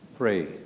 Pray